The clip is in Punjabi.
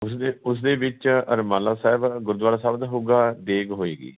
ਉਸਦੇ ਉਸਦੇ ਵਿੱਚ ਰੁਮਾਲਾ ਸਾਹਿਬ ਗੁਰਦੁਆਰਾ ਸਾਹਿਬ ਦਾ ਹੋਊਗਾ ਦੇਗ ਹੋਏਗੀ